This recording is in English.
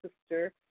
sister